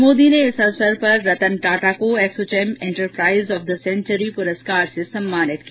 श्री मोदी ने इस अवसर पर रतन टाटा को Assocham enterprise of the century पुरस्कार से सम्मानित किया